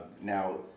now